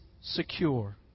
secure